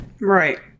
Right